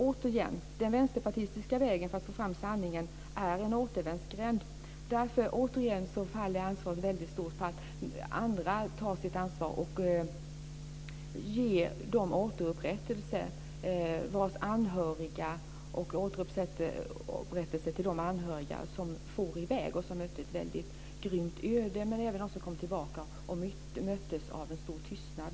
Återigen: Den vänsterpartistiska vägen för att få fram sanningen är en återvändsgränd. Därför faller ansvaret tungt på andra, för att ge återupprättelse åt dem vars anhöriga for i väg och mötte ett grymt öde men också åt dem som kom tillbaka och möttes av en stor tystnad.